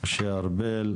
משה ארבל,